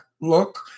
look